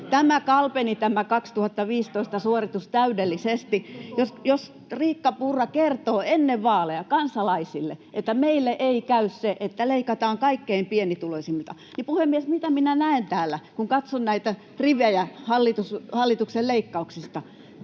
Tämä vuoden 2015 suoritus kalpeni täydellisesti. Jos Riikka Purra kertoo ennen vaaleja kansalaisille, [Oikealta: Ministeri Purra!] että ”meille ei käy se, että leikataan kaikkein pienituloisimmilta”, niin puhemies, mitä minä näen täällä, kun katson näitä rivejä hallituksen leikkauksista?